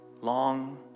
Long